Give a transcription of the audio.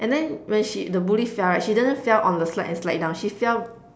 and then when she the Bully fell right she didn't fell on the slide and slide down she fell